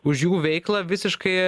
už jų veiklą visiškai